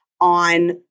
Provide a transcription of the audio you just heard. on